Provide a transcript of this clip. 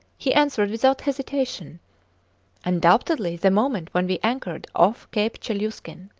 he answered, without hesitation undoubtedly the moment when we anchored off cape chelyuskin.